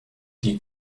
die